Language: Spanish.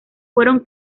fueron